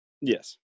Yes